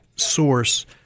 source